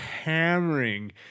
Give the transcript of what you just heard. hammering